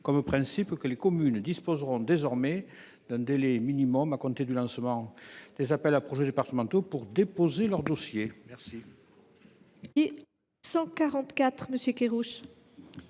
comme principe que les communes disposeront désormais d’un délai minimal à compter du lancement des appels à projets départementaux pour déposer leur dossier.